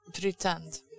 pretend